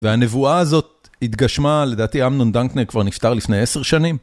והנבואה הזאת התגשמה, לדעתי אמנון דנקנר כבר נפטר לפני עשר שנים.